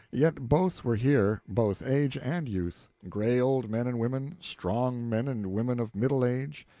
yet both were here, both age and youth gray old men and women, strong men and women of middle age,